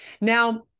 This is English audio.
Now